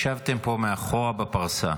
ישבתם פה מאחור בפרסה,